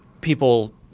people